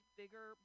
bigger